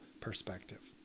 perspective